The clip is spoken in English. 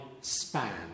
span